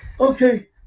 Okay